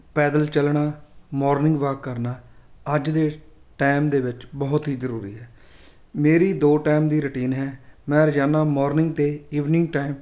ਪੈਦਲ ਚੱਲਣਾ morning walk ਕਰਨਾ ਅੱਜ ਦੇ ਟਾਈਮ ਦੇ ਵਿੱਚ ਬਹੁਤ ਹੀ ਜ਼ਰੂਰੀ ਹੈ ਮੇਰੀ ਦੋ ਟਾਈਮ ਦੀ ਰੂਟੀਨ ਹੈ ਮੈਂ ਰੋਜ਼ਾਨਾ ਮੋਰਨਿੰਗ ਅਤੇ ਇਵਨਿੰਗ ਟਾਈਮ